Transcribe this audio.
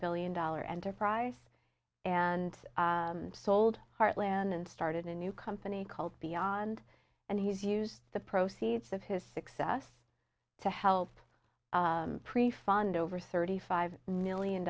billion dollar enterprise and sold heartland and started a new company called beyond and he's used the proceeds of his success to help pre fund over thirty five million